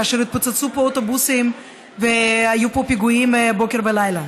כאשר התפוצצו פה אוטובוסים והיו פה פיגועים בוקר ולילה,